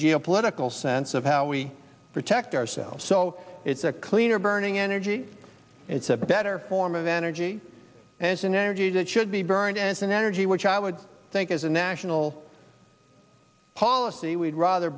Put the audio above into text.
geopolitical sense of how we protect ourselves so it's a cleaner burning energy it's a better form of energy and it's an energy that should be burned as an energy which i would think is a national policy we'd rather